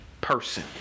person